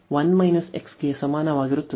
ಆದ್ದರಿಂದ ಇಲ್ಲಿಂದ y 1 x ಗೆ ಸಮಾನವಾಗಿರುತ್ತದೆ